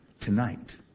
Tonight